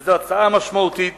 וזו הצעה משמעותית